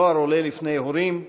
נוער עולה לפני הורים,